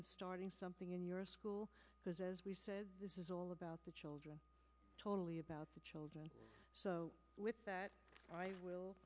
and starting something in your school because as we said this is all about the children totally about the children so with that i will